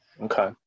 Okay